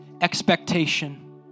expectation